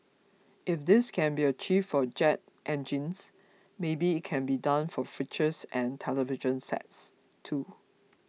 if this can be achieved for jet engines maybe it can be done for fridges and television sets too